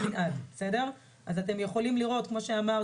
לגבי המנעד בשקף שמוצג לפניכם אתם יכולים לראות מאווירה